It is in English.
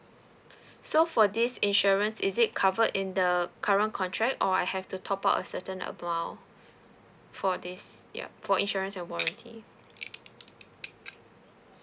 so for this insurance is it covered in the current contract or I have to top up a certain amount for this yup for insurance and warranty